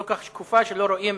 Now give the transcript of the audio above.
היא כל כך שקופה, שלא רואים